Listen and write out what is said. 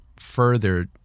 further